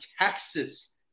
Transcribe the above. Texas